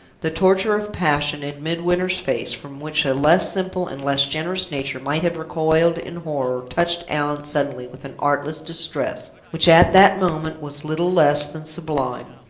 the torture of passion in midwinter's face, from which a less simple and less generous nature might have recoiled in horror, touched allan suddenly with an artless distress, which, at that moment, was little less than sublime.